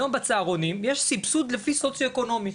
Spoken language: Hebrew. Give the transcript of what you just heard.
היום בצהרונים יש סבסוד לפי סוציו-אקונומי,